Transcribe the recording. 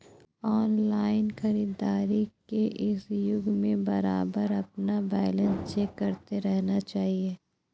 online खरीदारी के इस युग में बारबार अपना बैलेंस चेक करते रहना चाहिए